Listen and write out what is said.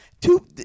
two